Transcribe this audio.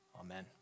Amen